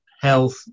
health